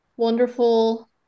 wonderful